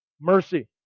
mercy